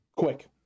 Quick